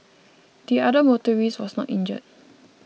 the other motorist was not injured